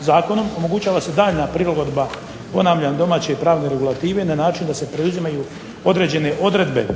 zakonom omogućava se daljnja prilagodba ponavljam domaće pravne regulative na način da se preuzimaju određene odredbe